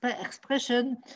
expression